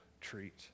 treat